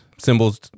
Symbols